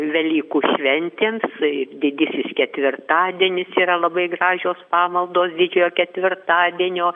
velykų šventėms ir didysis ketvirtadienis yra labai gražios pamaldos didžiojo ketvirtadienio